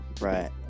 Right